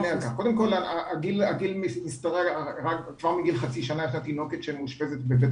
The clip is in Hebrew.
כבר מגיל חצי שנה הייתה תינוקות שמאושפזת בבית